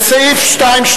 לסעיף 2(2)